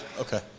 Okay